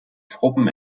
truppen